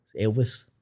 elvis